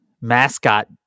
mascot